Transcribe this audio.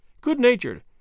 good-natured